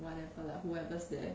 whatever lah whoever's there